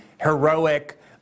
heroic